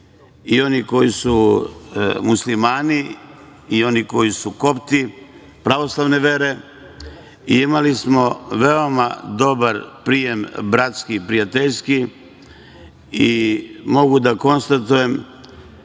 i oni koji su muslimani i oni koji su Kopti pravoslavne vere i imali smo veoma dobar prijem, bratski, prijateljski i mogu da konstatujem